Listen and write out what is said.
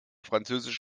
französisch